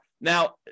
Now